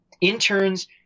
Interns